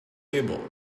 table